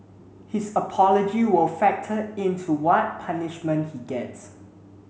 his apology will factor in to what punishment he gets